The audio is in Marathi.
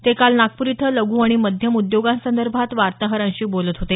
ते काल नागपूर इथं लघु आणि मध्यम उद्योगांसंदर्भात वार्ताहरांशी बोलत होते